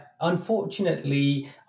unfortunately